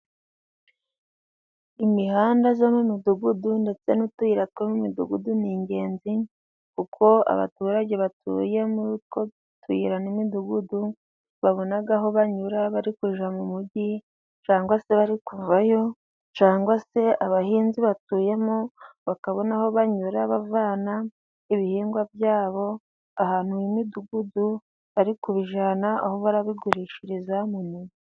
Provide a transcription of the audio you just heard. Imihanda yo mu midugudu ndetse n'utuyira tw'imidugudu ni ingenzi, kuko abaturage batuye muri utwo tuyira n' imidugudu, babona aho banyura bari kujya mu mujyi cyangwa se, bari kuvayo ,cyangwa se abahinzi batuyemo bakabona aho banyura bavana ibihingwa byabo ahantu h'imidugudu bari kubijyana aho barabigurishiriza mu mijyi.